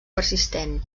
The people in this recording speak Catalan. persistent